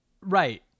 right